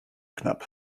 knapp